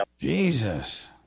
Jesus